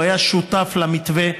הוא היה שותף למתווה,